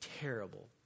terrible